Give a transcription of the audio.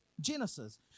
Genesis